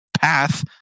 path